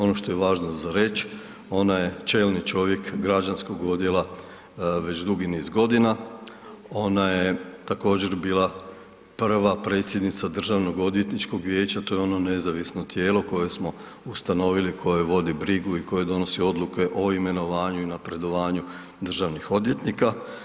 Ono što je važno za reć ona je čelni čovjek građanskog odjela već dugi niz godina, ona je također bila prva predsjednica Državnog odvjetničkog vijeća, to je ono nezavisno tijelo koje smo ustanovili, koje vodi brigu i koje donosi odluke o imenovanju i napredovanju državnih odvjetnika.